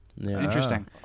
Interesting